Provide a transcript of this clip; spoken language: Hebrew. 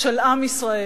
של עם ישראל